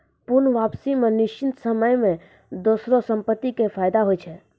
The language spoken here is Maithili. पूर्ण वापसी मे निश्चित समय मे दोसरो संपत्ति के फायदा होय छै